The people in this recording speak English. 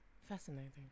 Fascinating